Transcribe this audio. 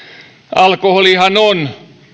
alkoholihan on